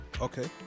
Okay